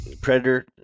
predator